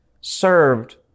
served